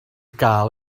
gael